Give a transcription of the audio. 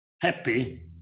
happy